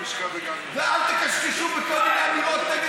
ואל תקשקשו בכל מיני אמירות נגד